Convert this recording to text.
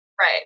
right